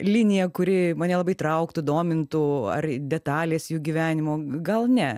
linija kuri mane labai trauktų domintų ar detalės jų gyvenimo gal ne